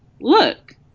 look